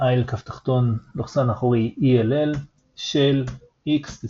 \displaystyle i_{\ell} של x \displaystyle